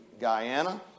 Guyana